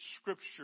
scripture